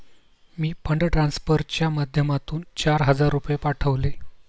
मी fund ट्रान्सफरच्या माध्यमातून चार हजार रुपये पाठवले